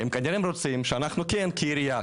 הם כנראה רוצים שאנחנו כן כעירייה,